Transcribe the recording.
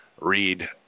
Read